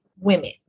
Women